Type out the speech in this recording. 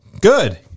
Good